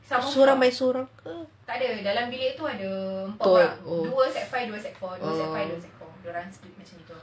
sorang by sorang ke